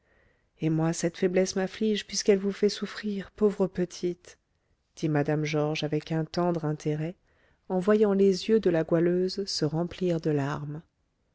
et moi cette faiblesse m'afflige puisqu'elle vous fait souffrir pauvre petite dit mme georges avec un tendre intérêt en voyant les yeux de la goualeuse se remplir de larmes